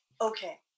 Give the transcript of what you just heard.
okay